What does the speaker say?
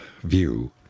view